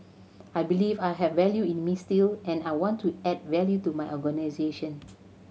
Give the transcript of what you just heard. I believe I have value in me still and I want to add value to my organisation